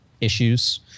issues